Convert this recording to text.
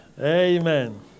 Amen